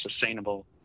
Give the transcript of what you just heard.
sustainable